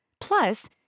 Plus